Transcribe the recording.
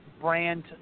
brand